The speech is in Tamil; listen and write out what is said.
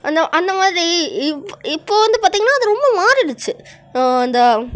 அந்த அந்த மாதிரி இப்போ இப்போ வந்து பார்த்திங்ன்னா அது ரொம்ப மாறிடுச்சு இந்த